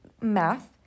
math